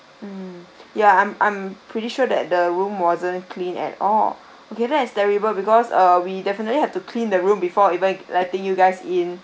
mm yeah I'm I'm pretty sure that the room wasn't clean at all okay that it's terrible because err we definitely have to clean the room before even letting you guys in